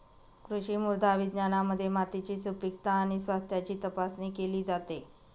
कृषी मृदा विज्ञानामध्ये मातीची सुपीकता आणि स्वास्थ्याची तपासणी केली जाते